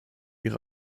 ihre